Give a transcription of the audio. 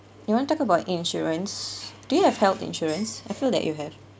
you want talk about insurance do you have health insurance I feel that you have